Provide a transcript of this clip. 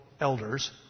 elders